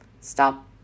stop